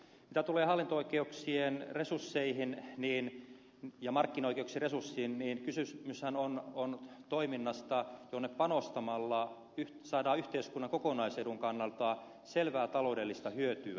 mitä tulee hallinto oikeuksien resursseihin ja markkinaoikeuksien resursseihin niin kysymyshän on toiminnasta johon panostamalla saadaan yhteiskunnan kokonaisedun kannalta selvää taloudellista hyötyä